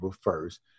first